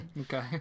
Okay